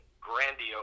grandiose